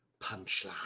Punchline